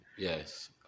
Yes